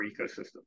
ecosystem